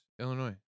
Illinois